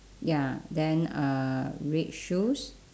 ya then uh red shoes